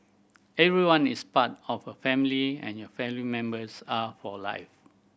everyone is part of a family and your family members are for life